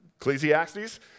Ecclesiastes